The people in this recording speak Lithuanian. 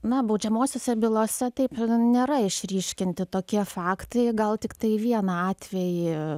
na baudžiamosiose bylose taip nėra išryškinti tokie faktai gal tiktai vieną atvejį